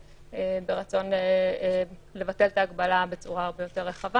ברצון לבטל את ההגבלה בצורה הרבה יותר רחבה.